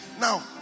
Now